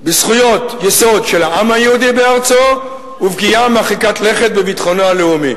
בזכויות יסוד של העם היהודי בארצו ופגיעה מרחיקת לכת בביטחונו הלאומי.